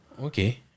okay